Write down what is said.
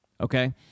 Okay